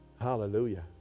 hallelujah